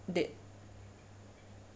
they